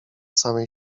samej